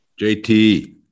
JT